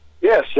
Yes